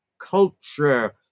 culture